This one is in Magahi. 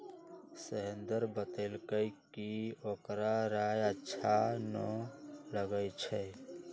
महेंदर बतलकई कि ओकरा राइ अच्छा न लगई छई